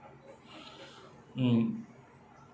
mm